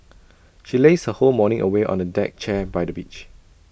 she lazed her whole morning away on A deck chair by the beach